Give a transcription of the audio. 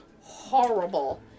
horrible